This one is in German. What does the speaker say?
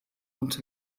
und